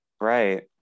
Right